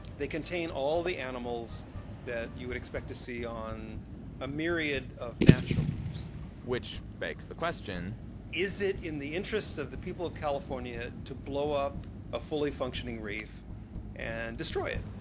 they contain all the animals that you would expect to see on a myriad of natural reefs which begs the question is it in the interests of the people of california to blow up a fully functioning reef and destroy it?